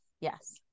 Yes